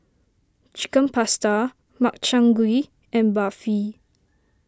Chicken Pasta Makchang Gui and Barfi